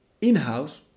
in-house